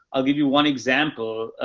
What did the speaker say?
i'll give you one example, ah,